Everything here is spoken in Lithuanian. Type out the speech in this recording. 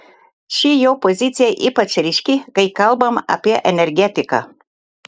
ši jo pozicija ypač ryški kai kalbama apie energetiką